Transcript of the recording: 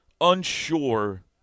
unsure